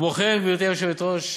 כמו כן, גברתי היושבת-ראש,